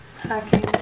Hacking